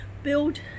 Build